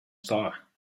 star